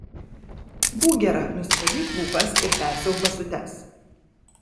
būk gera nusivalyk lūpas ir persiauk basutes